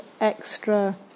extra